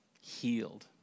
healed